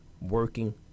working